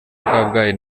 kabgayi